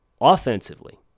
offensively